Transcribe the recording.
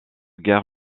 guerre